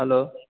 hello